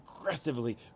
aggressively